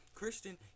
Christian